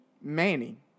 Manning